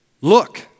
Look